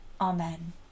Amen